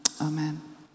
amen